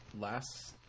last